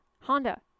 Honda